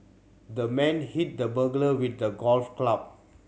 the man hit the burglar with a golf club